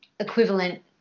equivalent